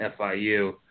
FIU